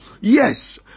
yes